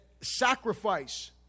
sacrifice